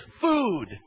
food